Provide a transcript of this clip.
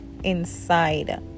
inside